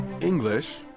English